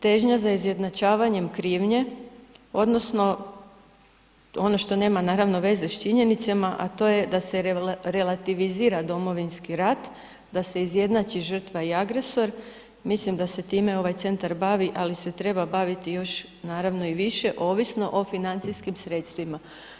Težnja za izjednačavanjem krivnje odnosno ono što nema naravno veze s činjenicama, a to je da se relativizira Domovinski rat, da se izjednači žrtva i agresor, mislim da se time ovaj centar bavi, ali se treba baviti još naravno i više ovisno o financijskim sredstvima.